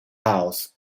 house